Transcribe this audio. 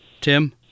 Tim